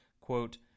quote